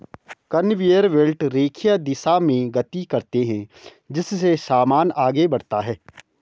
conveyor belt रेखीय दिशा में गति करते हैं जिससे सामान आगे बढ़ता है